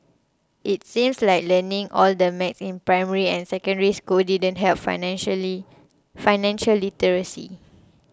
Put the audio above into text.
it seems like learning all that math in primary and Secondary School didn't help financially financial literacy